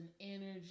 energy